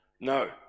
No